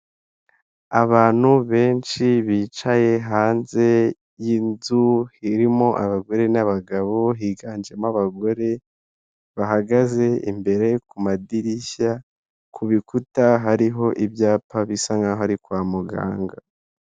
Abantu benshi bicaye hanze y'inzu irimo abagore n'abagabo higanjemo abagore bahagaze imbere ku madirishya ku bikuta hariho ibyapa bisa nkaho ari kwa muganga.